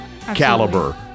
caliber